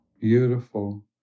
Beautiful